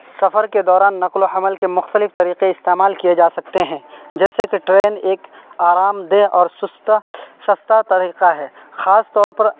سفر کے دوران نقل و حمل کے مختلف طریقے استعمال کیے جا سکتے ہیں جیسے کہ ٹرین ایک آرامدہ اور سستا سستا طریقہ ہے خاص طور پر